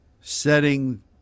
setting